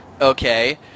okay